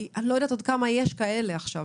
כי אני לא יודעת כמה כאלה יש עכשיו